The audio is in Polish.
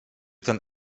ten